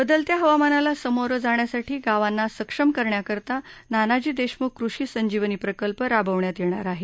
बदलत्या हवामानाला सामोरं जाण्यासाठी गावांना सक्षम करण्याकरता नानाजी देशमुख कृषी संजीवनी प्रकल्प राबवण्यात येणार आहे